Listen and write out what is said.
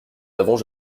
avons